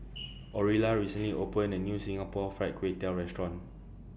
Orilla recently opened A New Singapore Fried Kway Tiao Restaurant